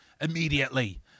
immediately